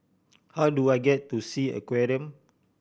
how do I get to Sea Aquarium